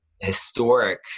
historic